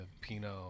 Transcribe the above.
pinot